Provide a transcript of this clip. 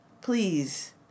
please